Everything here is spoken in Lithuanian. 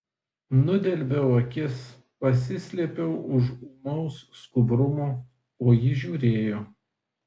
nudelbiau akis pasislėpiau už ūmaus skubrumo o ji žiūrėjo